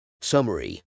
Summary